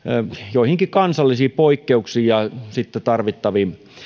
joihinkin kansallisiin poikkeuksiin ja sitten tarvittaviin